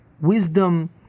wisdom